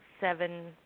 seven